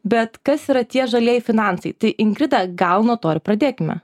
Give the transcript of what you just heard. bet kas yra tie žalieji finansai tai ingrida gal nuo to ir pradėkime